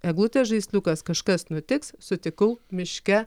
eglutės žaisliukas kažkas nutiks sutikau miške